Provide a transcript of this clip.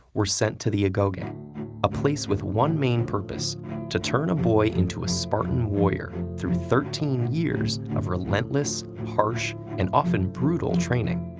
were sent to the agoge, a a place with one main purpose to turn a boy into a spartan warrior through thirteen years of relentless, harsh, and often brutal training.